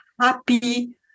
happy